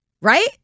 Right